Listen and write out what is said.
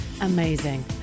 Amazing